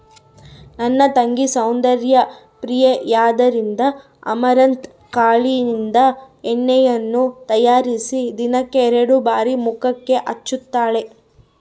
ನನ್ನ ತಂಗಿ ಸೌಂದರ್ಯ ಪ್ರಿಯೆಯಾದ್ದರಿಂದ ಅಮರಂತ್ ಕಾಳಿನಿಂದ ಎಣ್ಣೆಯನ್ನು ತಯಾರಿಸಿ ದಿನಕ್ಕೆ ಎರಡು ಬಾರಿ ಮುಖಕ್ಕೆ ಹಚ್ಚುತ್ತಾಳೆ